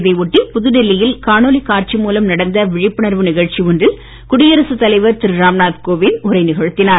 இதையொட்டி புதுடெல்லியில் காணொலி காட்சி மூலம் நடந்த விழிப்புணர்வு நிகழ்ச்சி ஒன்றில் குடியரசு தலைவர் திரு ராம்நாத் கோவிந்த் உரை நிகழ்த்தினார்